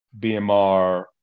BMR